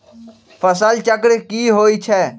फसल चक्र की होई छै?